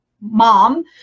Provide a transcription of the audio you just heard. mom